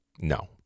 No